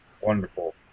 Wonderful